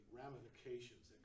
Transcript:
ramifications